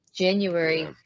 January